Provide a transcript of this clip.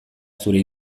zure